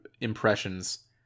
impressions